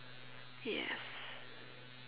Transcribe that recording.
yes